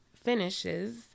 finishes